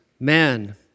man